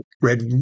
red